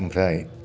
ओमफ्राय